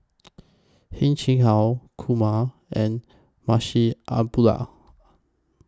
Heng Chee How Kumar and Munshi Abdullah